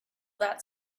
that